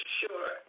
sure